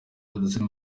zari